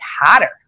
hotter